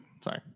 Sorry